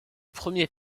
premier